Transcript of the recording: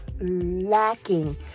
lacking